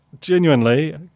genuinely